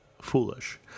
foolish